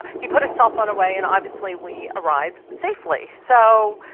he put his cell phone away, and obviously we arrived safely. so,